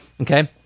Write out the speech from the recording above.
okay